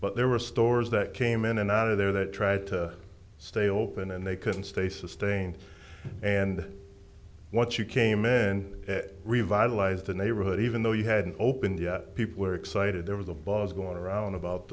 but there were stores that came in and out of there that tried to stay open and they couldn't stay sustained and once you came in and it revitalized the neighborhood even though you hadn't opened yet people were excited there was the buzz going around about